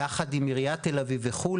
יחד עם עיריית יפו תל אביב וכו',